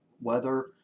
weather